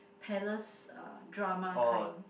palace uh drama kind